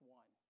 one